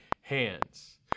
hands